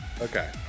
Okay